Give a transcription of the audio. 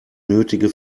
nötige